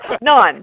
none